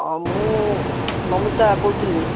ହଁ ମୁଁ ନମିତା କହୁଥିଲି